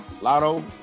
Lotto